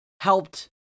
helped